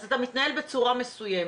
אז אתה מתנהל בצורה מסוימת.